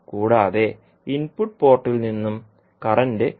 കൂടാതെ ഇൻപുട്ട് പോർട്ടിൽ നിന്നും കറന്റ് ഒഴുകും